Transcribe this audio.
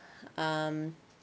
um